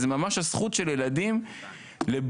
זה ממש הזכות של ילדים לבריאות,